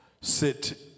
sit